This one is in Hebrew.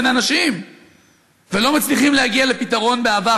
בין אנשים ולא מצליחים להגיע לפתרון באהבה,